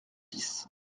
six